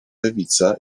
lewica